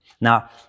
Now